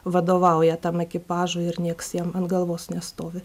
vadovauja tam ekipažui ir nieks jam ant galvos nestovi